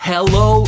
Hello